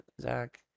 Zach